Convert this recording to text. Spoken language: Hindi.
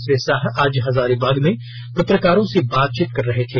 श्री साह आज हजारीबाग में पत्रकारों से बातचीत कर रहे थे